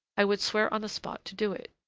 i would swear on the spot to do it.